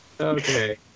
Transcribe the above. Okay